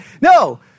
No